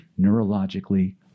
neurologically